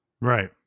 Right